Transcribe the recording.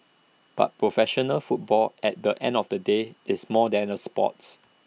but professional football at the end of the day is more than the sports